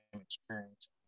experience